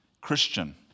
Christian